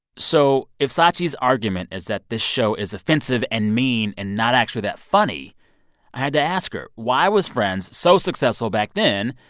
so if scaachi's argument is that this show is offensive and mean and not actually that funny, i had to ask her, why was friends so successful back then?